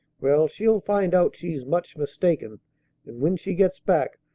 well, she'll find out she's much mistaken and, when she gets back,